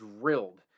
drilled